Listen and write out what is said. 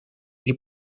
или